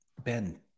Ben